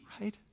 right